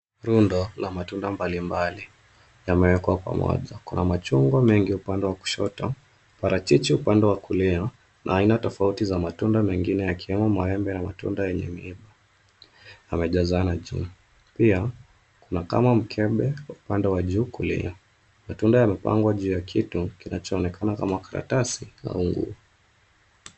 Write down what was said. Rundo la matunda mbali mbali yamewekwa pamoja kuna machungwa, mengi upande wa kushoto, parachichi upande wa kulia na aina tofauti za matunda mengine yakiwemo maembe. Matunda yenye imeiva yamejazana juu pia kuna kama mkebe upande wa juu kulia. Matunda yamepangwa juu ya kitu kinachonekana kama karatasi.